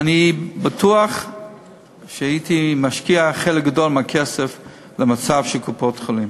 אני בטוח שהייתי משקיע חלק גדול מהכסף לתיקון המצב של קופות-החולים.